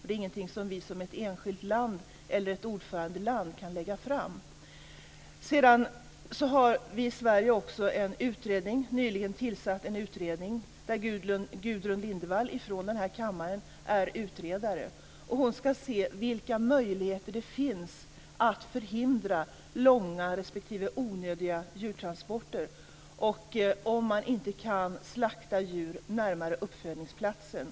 Det är ingenting som vi som ett enskilt land eller ett ordförandeland kan göra. Sedan har vi i Sverige också nyligen tillsatt en utredning under ledning av Gudrun Lindvall från denna kammare. Hon ska se över vilka möjligheter det finns att förhindra långa respektive onödiga djurtransporter och om man inte kan slakta djur närmare uppfödningsplatsen.